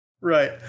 Right